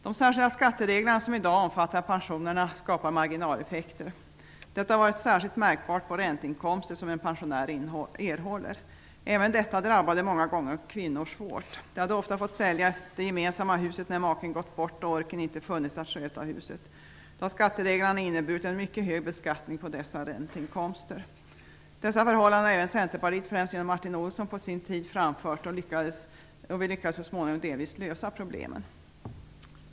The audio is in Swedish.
De särskilda skatteregler som i dag omfattar pensionerna skapar marginaleffekter. Detta har varit särskilt märkbart på ränteinkomster som en pensionär erhåller. Även detta drabbade många gånger kvinnor svårt. De hade ofta fått sälja det gemensamma huset när maken gått bort och orken inte funnits att sköta huset. Då innebar skattereglerna en mycket hög beskattning på dessa ränteinkomster. Dessa förhållanden har även Centerpartiet, främst genom Martin Olsson på sin tid, framfört, och vi lyckades så småningom delvis lösa problemen.